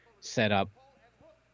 setup